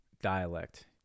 dialect